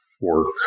work